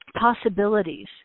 possibilities